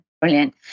Brilliant